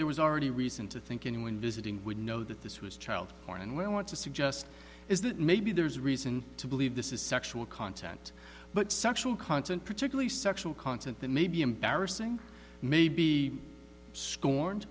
there was already reason to think anyone visiting would know that this was child porn and we want to suggest is that maybe there's reason to believe this is sexual content but sexual content particularly sexual content that may be embarrassing may be scorned